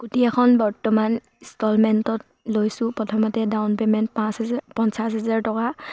scooty এখন বৰ্তমান ইনষ্টলমেণ্টত লৈছোঁ প্ৰথমতে ডাউন পে'মেণ্ট পাঁচ হাজাৰ পঞ্চাছ হাজাৰ টকা